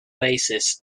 basis